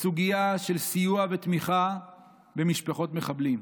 בסוגיה של סיוע, ותמיכה במשפחות מחבלים.